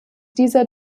dieser